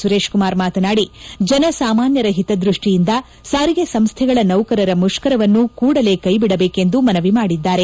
ಸುರೇಶಕುಮಾರ್ ಮಾತನಾದಿ ಜನಸಾಮಾನ್ಯರ ಹಿತದ್ಬಷ್ಟಿಯಿಂದ ಸಾರಿಗೆ ಸಂಸ್ಥೆಗಳ ನೌಕರರ ಮುಷ್ಕರವನ್ನು ಕೂಡಲೇ ಕೈಬಿಡಬೇಕೆಂದು ಮನವಿ ಮಾಡಿದ್ದಾರೆ